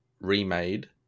remade